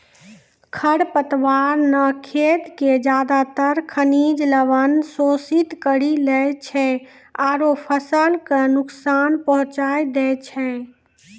खर पतवार न खेत के ज्यादातर खनिज लवण शोषित करी लै छै आरो फसल कॅ नुकसान पहुँचाय दै छै